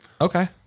Okay